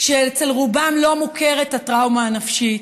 שאצל רובם לא מוכרת הטראומה הנפשית,